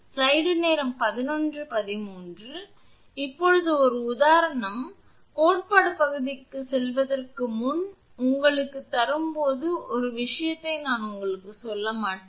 எனவே இப்போது ஒரு உதாரணம் இந்த உதாரணம் கோட்பாடு பகுதிக்குச் செல்வதற்கு முன் நான் உங்களுக்குத் தரும்போது ஒரு விஷயத்தை நான் உங்களுக்குச் சொல்ல மாட்டேன்